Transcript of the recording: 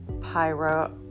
pyro